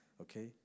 Okay